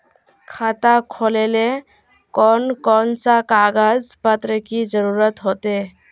खाता खोलेले कौन कौन सा कागज पत्र की जरूरत होते?